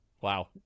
Wow